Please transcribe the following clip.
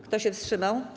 Kto się wstrzymał?